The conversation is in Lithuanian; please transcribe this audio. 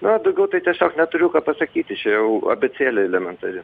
na daugiau tai tiesiog neturiu ką pasakyti čia jau abėcėlė elementari